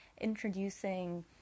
introducing